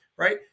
right